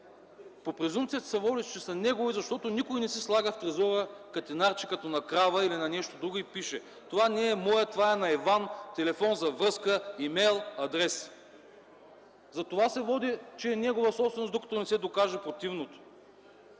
по презумпция се водят, че са негови, защото никой не си слага в трезора катинарче, като на крава, или на нещо друго и пише: „Това не е мое, това е на Иван”, телефон за връзка, е-мейл, адрес. Затова се води, че е негова собственост, докато не се докаже противното.